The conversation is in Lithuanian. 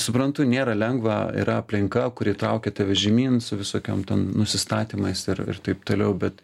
suprantu nėra lengva yra aplinka kuri traukia tave žemyn su visokiom nusistatymais ir ir taip toliau bet